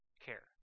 care